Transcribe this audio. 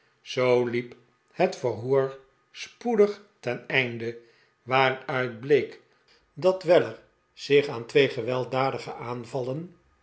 zoo liep het verhoor spoedig ten einde waaruit bleek dat weller zich aan twee gewelddadige aanvallen